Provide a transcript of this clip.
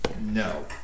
No